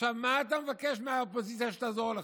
עכשיו, מה אתה מבקש מהאופוזיציה שתעזור לך?